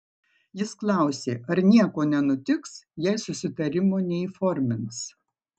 jis klausė ar nieko nenutiks jei susitarimo neįformins